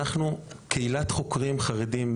אנחנו קהילת חוקרים חרדים,